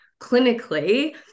clinically